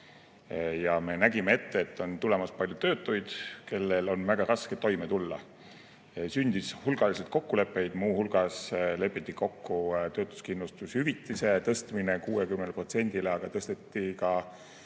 Me nägime ette, et on tulemas palju töötuid, kellel on väga raske toime tulla. Sündis hulgaliselt kokkuleppeid, muu hulgas lepiti kokku töötuskindlustushüvitise tõstmine 60%‑le, aga lepiti